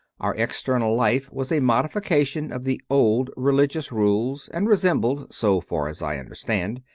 our external life was a modification of the old religious rules and resembled, so far as i understand,